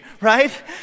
right